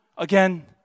Again